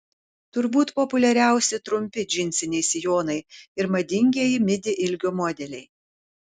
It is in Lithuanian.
turbūt populiariausi trumpi džinsiniai sijonai ir madingieji midi ilgio modeliai